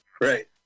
Right